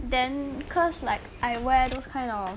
then cause like I wear those kind of